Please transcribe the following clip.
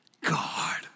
God